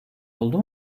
oldu